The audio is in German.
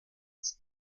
als